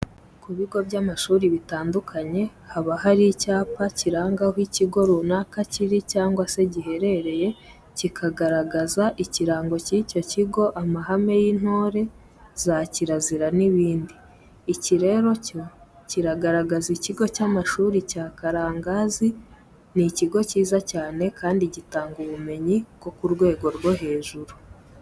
Ku bigo by'amashuri bitandukanye haba hari icyapa kiranga aho ikigo runaka kiri cyangwa se giherereye, kikagaragaza ikirango cy'icyo kigo, amahame y'intore, za kirazira n'ibindi. Iki rero cyo kiragaragaza ikigo cy'amashuri cya Karangazi, ni ikigo cyiza cyane kandi gitanga ubumenyi bwo ku rwego rwo hejuru.